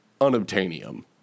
unobtainium